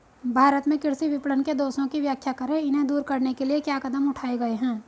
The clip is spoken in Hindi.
भारत में कृषि विपणन के दोषों की व्याख्या करें इन्हें दूर करने के लिए क्या कदम उठाए गए हैं?